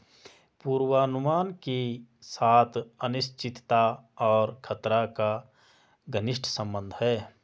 पूर्वानुमान के साथ अनिश्चितता और खतरा का घनिष्ट संबंध है